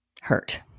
hurt